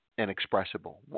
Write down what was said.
inexpressible